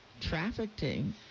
trafficking